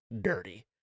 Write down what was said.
dirty